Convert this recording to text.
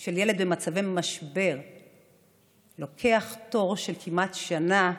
של ילד במצבי משבר התור לוקח כמעט שנה,